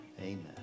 Amen